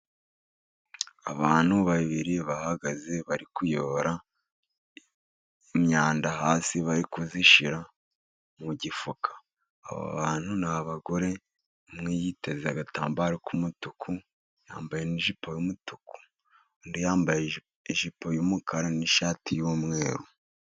Abantu babiri bahagaze bari kuyobora imyanda hasi bari kuyishyira mu gifuka, aba bantu ni abagore umwe yiteze agatambaro k'umutuku, yambaye n'ijipo y'umutuku, undi yambaye ijipo y'umukara n'ishati y'umweru.